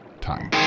Time